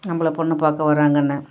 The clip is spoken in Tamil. நம்மள பொண்ணு பார்க்க வராங்குன்னு